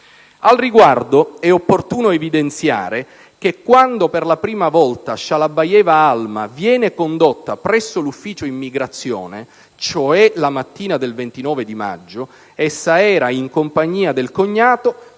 Al riguardo è opportuno evidenziare che quando per la prima volta Shalabayeva Alma viene condotta presso l'ufficio immigrazione, cioè la mattina del 29 maggio, essa era in compagnia del cognato